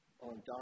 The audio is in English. on